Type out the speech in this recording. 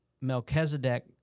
Melchizedek